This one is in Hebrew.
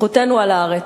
זכותנו על הארץ.